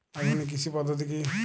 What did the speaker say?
আধুনিক কৃষি পদ্ধতি কী?